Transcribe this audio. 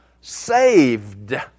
saved